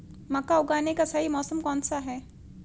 मक्का उगाने का सही मौसम कौनसा है?